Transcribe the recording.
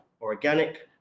organic